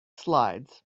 slides